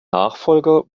nachfolger